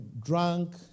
drunk